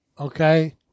okay